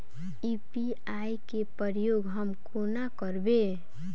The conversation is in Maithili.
यु.पी.आई केँ प्रयोग हम कोना करबे?